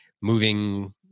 moving